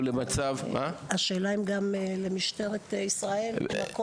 למצב --- השאלה היא האם גם למשטרת ישראל יש שם מקום?